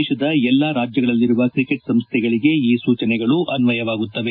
ದೇಶದ ಎಲ್ಲಾ ರಾಜ್ಯಗಳಲ್ಲಿರುವ ಕ್ರಿಕೆಟ್ ಸಂಸ್ಥೆಗಳಿಗೆ ಈ ಸೂಚನೆಗಳು ಅನ್ನಯವಾಗುತ್ತವೆ